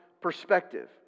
perspective